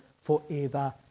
forever